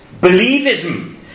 believism